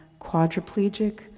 quadriplegic